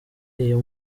iyo